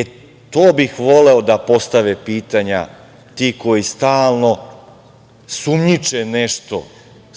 E, to bih voleo da postave pitanja ti koji stalno sumnjiče nešto